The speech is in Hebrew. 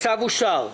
הצבעה הצו אושר.